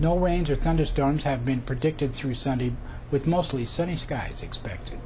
no range of thunderstorms have been predicted through sunday with mostly sunny skies expected